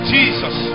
Jesus